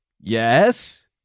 Yes